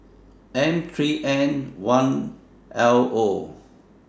M three N one L Zero